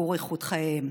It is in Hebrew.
שיפור איכות חייהם.